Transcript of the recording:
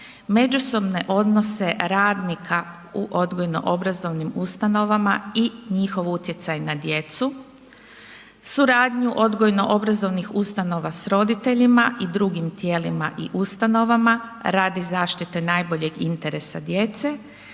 međusobne odnose radnika u odgojno-obrazovnim ustanovama i njihov utjecaj na djecu, suradnju odgojno-obrazovnih ustanova sa roditeljima i drugim tijelima i ustanovama radi zaštite najboljeg interesa djece